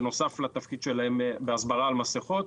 בנוסף לתפקיד שלהם בהסברה על מסכות.